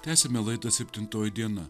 tęsiame laidų septintoji diena